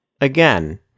again